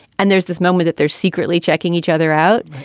and there's this moment that they're secretly checking each other out.